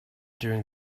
during